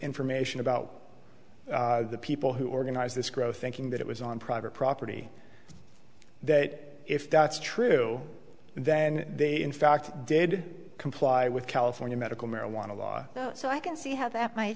information about the people who organized this growth thinking that it was on private property that if that's true then they in fact did comply with california medical marijuana law so i can see how that might